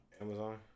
Amazon